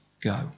go